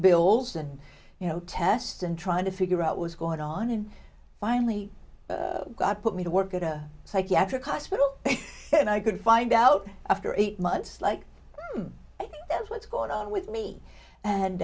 bills and you know tests and trying to figure out was going on and finally got put me to work at a psychiatric hospital and i could find out after eight months like what's going on with me